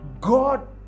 god